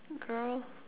girl